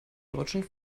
deutschen